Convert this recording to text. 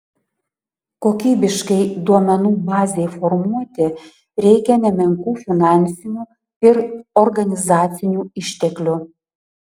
kokybiškai duomenų bazei formuoti reikia nemenkų finansinių ir organizacinių išteklių